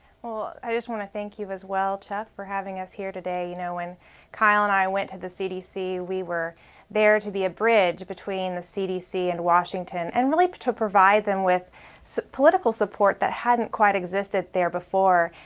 ah i just want to thank you as well, chuck, for having us here today. you know when kyle and i went to the cdc, we were there to be a bridge between the cdc and washington and really to provide them with so political support that hadn't quite existed there before.